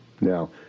Now